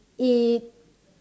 it